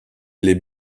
les